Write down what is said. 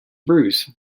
bruise